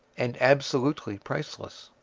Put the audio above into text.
and absolutely priceless.